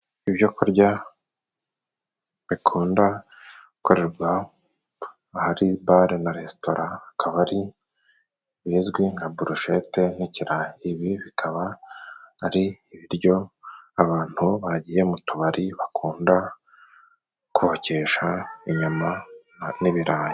Ibyokurya bikunda gukorerwa ahari bare na resitora, akaba ari bizwi nka burushete n' ikirayi. Ibi bikaba ari ibiryo abantu bagiye mu tubari bakunda kokesha inyama n'ibirayi.